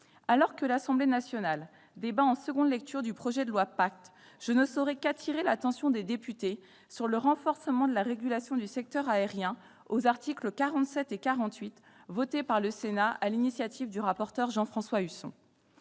Alors que l'Assemblée nationale débat en seconde lecture du projet de loi Pacte, je ne peux manquer d'attirer l'attention des députés sur le renforcement de la régulation du secteur aérien prévu aux articles 47 et 48, tels qu'ils ont été votés par le Sénat sur l'initiative du rapporteur Jean-François Husson.